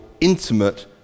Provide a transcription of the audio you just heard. intimate